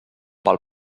val